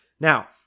Now